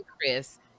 Chris